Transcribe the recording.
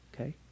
okay